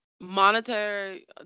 monetary